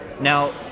Now